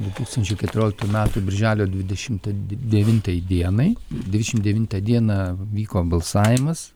du tūkstančiai keturioliktų metų birželio dvidešimtą devintai dienai dvidešim devintą dieną vyko balsavimas